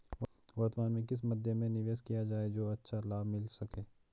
वर्तमान में किस मध्य में निवेश किया जाए जो अच्छा लाभ मिल सके?